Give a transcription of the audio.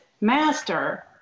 Master